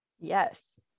Yes